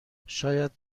شاید